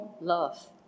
love